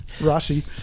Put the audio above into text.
Rossi